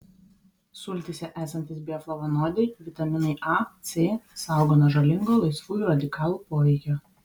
sultyse esantys bioflavonoidai vitaminai a c saugo nuo žalingo laisvųjų radikalų poveikio